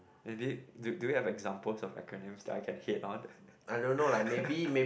maybe do do you have examples of acronym that I can can hit on